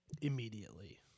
immediately